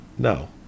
No